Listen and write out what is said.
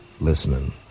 listening